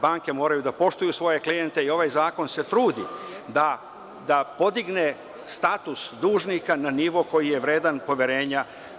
Banke moraju da poštuju svoje klijente i ovaj zakon se trudi da podigne status dužnika na nivo koji je vredan poverenja.